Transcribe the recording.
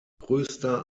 größter